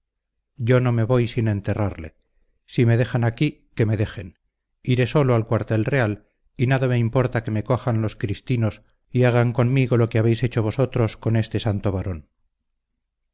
yo no me voy sin enterrarle si me dejan aquí que me dejen iré solo al cuartel real y nada me importa que me cojan los cristinos y hagan conmigo lo que habéis hecho vosotros con este santo varón